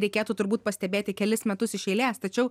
reikėtų turbūt pastebėti kelis metus iš eilės tačiau